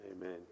Amen